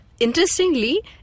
Interestingly